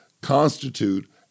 constitute